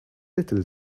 little